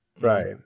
Right